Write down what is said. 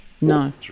no